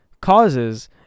causes